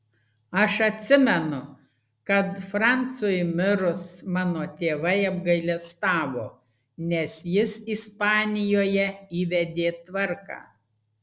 aš atsimenu kad francui mirus mano tėvai apgailestavo nes jis ispanijoje įvedė tvarką